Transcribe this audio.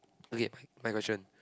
okay my question